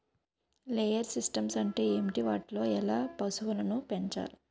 Layer systems అంటే ఏంటి? వాటిలో ఎలా పశువులను పెంచాలి?